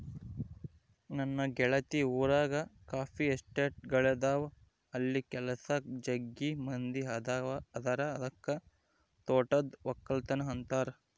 ನನ್ನ ಗೆಳತಿ ಊರಗ ಕಾಫಿ ಎಸ್ಟೇಟ್ಗಳಿದವ ಅಲ್ಲಿ ಕೆಲಸಕ್ಕ ಜಗ್ಗಿ ಮಂದಿ ಅದರ ಅದಕ್ಕ ತೋಟದ್ದು ವಕ್ಕಲತನ ಅಂತಾರ